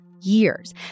years